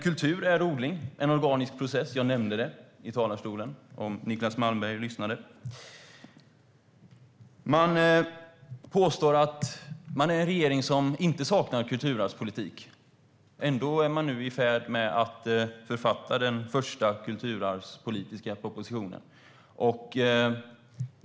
Kultur är odling - en organisk process. Jag nämnde det från talarstolen, om Niclas Malmberg lyssnade. Det påstås att regeringen inte saknar en kulturarvspolitik. Ändå är man nu i färd med att författa den första kulturarvspolitiska propositionen.